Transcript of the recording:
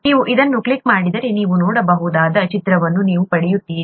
ನೀವು ಇದನ್ನು ಕ್ಲಿಕ್ ಮಾಡಿದರೆ ನೀವು ನೋಡಬಹುದಾದ ಚಿತ್ರವನ್ನು ನೀವು ಪಡೆಯುತ್ತೀರಿ